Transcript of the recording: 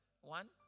One